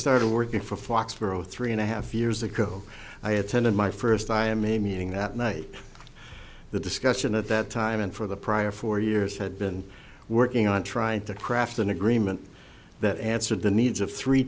started working for foxboro three and a half years ago i attended my first i am a meeting that night the discussion at that time and for the prior four years had been working on trying to craft an agreement that answered the needs of three